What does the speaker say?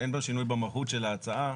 אין פה שינוי במהות של ההצעה